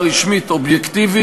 המאפשרות שקיפות מלאה,